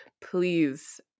please